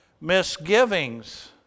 misgivings